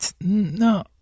no